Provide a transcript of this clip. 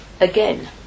again